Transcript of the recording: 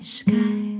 sky